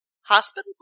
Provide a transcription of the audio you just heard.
Hospital